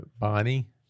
Bonnie